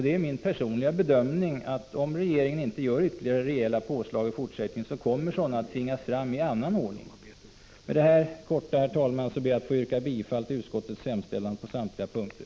Det är min personliga bedömning att om regeringen inte föreslår ytterligare rejäla påslag i fortsättningen, kommer sådana att tvingas fram i annan ordning. Med detta korta inlägg, herr talman, ber jag att få yrka bifall till utskottets hemställan på samtliga punkter.